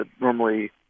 normally